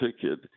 ticket